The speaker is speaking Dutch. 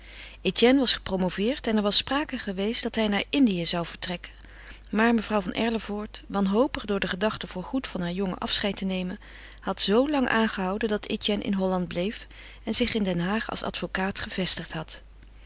etienne was gepromoveerd en er was sprake geweest dat hij naar indië zou vertrekken maar mevrouw van erlevoort wanhopig door de gedachte voor goed van haar jongen afscheid te nemen had zo lang aangehouden dat etienne in holland bleef en zich in den haag als advocaat gevestigd had